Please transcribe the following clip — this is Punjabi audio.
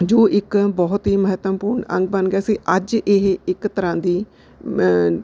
ਜੋ ਇੱਕ ਬਹੁਤ ਹੀ ਮਹੱਤਵਪੂਰਨ ਅੰਗ ਬਣ ਗਿਆ ਸੀ ਅੱਜ ਇਹ ਇੱਕ ਤਰ੍ਹਾਂ ਦੀ